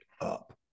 up